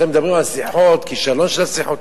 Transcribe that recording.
אתם מדברים על שיחות, כישלון של השיחות.